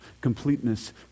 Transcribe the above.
completeness